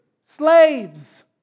slaves